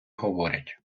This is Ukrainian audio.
говорять